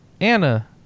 Anna